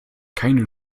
keine